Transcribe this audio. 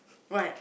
what